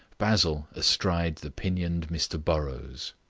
basil astride the pinioned mr burrows.